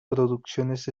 producciones